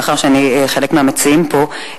מאחר שאני חלק מהמציעים פה,